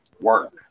work